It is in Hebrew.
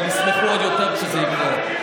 אבל הם ישמחו עוד יותר כשזה יקרה.